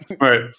right